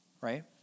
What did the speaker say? Right